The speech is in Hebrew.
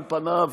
על פניו,